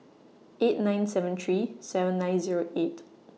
eight nine seven three seven nine Zero eight